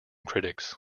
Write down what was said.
critics